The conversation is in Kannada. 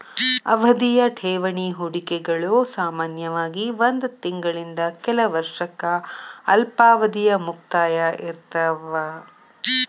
ಅವಧಿಯ ಠೇವಣಿ ಹೂಡಿಕೆಗಳು ಸಾಮಾನ್ಯವಾಗಿ ಒಂದ್ ತಿಂಗಳಿಂದ ಕೆಲ ವರ್ಷಕ್ಕ ಅಲ್ಪಾವಧಿಯ ಮುಕ್ತಾಯ ಇರ್ತಾವ